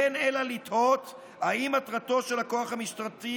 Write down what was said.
אין אלא לתהות האם מטרתו של הכוח המשטרתי